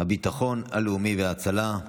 הביטחון הלאומי וההצלה.